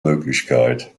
möglichkeit